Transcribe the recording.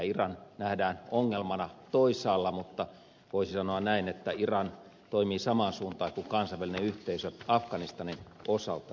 iran nähdään ongelmana toisaalla mutta voisi sanoa näin että iran toimii samaan suuntaan kuin kansainvälinen yhteisö afganistanin osalta